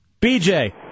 BJ